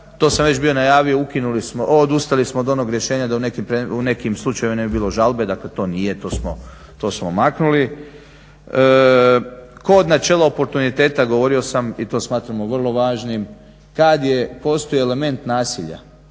to sam već bio najavio ukinuli smo, odustali smo od onog rješenja da u nekim slučajevima ne bi bilo žalbe. Dakle, to nije to smo maknuli. Kod načela oportuniteta govorio sam i to smatramo vrlo važnim kad je postoji element nasilje